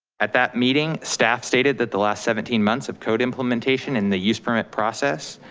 at that meeting, staff stated that the last seventeen months of code implementation in the use permit process